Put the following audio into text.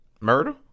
Murder